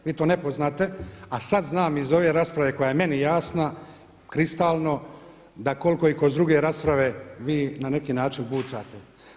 Vi to ne poznate, a sad znam iz ove rasprave koja je meni jasna kristalno da koliko i kod druge rasprave vi na neki način bucate.